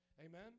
Amen